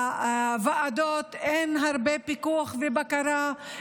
בוועדות אין הרבה פיקוח ובקרה.